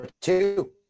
two